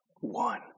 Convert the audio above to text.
one